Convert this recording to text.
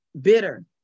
bitter